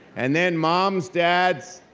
and then moms, dads,